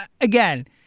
again